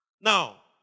Now